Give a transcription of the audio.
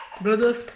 brothers